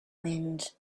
wind